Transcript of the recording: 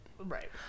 Right